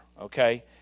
okay